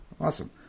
Awesome